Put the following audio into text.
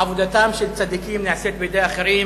עבודתם של צדיקים נעשית בידי אחרים.